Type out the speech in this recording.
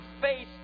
face